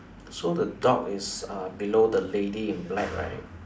so the dog is uh below the lady in black right